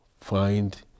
find